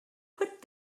put